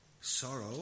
sorrow